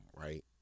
right